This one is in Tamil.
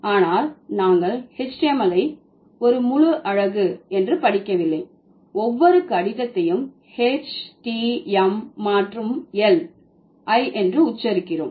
ஆனால் நாங்கள் HTML ஐ ஒரு முழு அலகு என்று படிக்கவில்லை ஒவ்வொரு கடிதத்தையும் H T M மற்றும் L ஐ உச்சரிக்கிறோம்